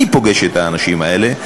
אני פוגש את האנשים האלה.